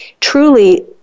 truly